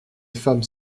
femmes